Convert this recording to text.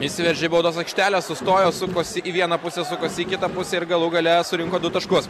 įsiveržė į baudos aikštelę sustojo suposi į vieną pusę sukosi į kitą pusę ir galų gale surinko du taškus